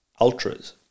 Ultras